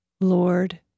Lord